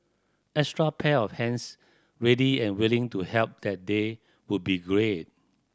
extra pair of hands ready and willing to help that day would be great